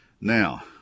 Now